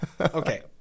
Okay